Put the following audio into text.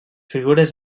figures